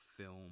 film